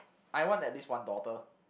I want at least one daughter